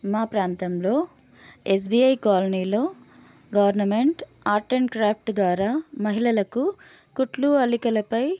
మా ప్రాంతంలో ఎస్బీఐ కాలనీలో గవర్నమెంట్ ఆర్ట్ అండ్ క్రాఫ్ట్ ద్వారా మహిళలకు కుట్లు అల్లికలపై